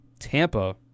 Tampa